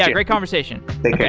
yeah great conversation. take yeah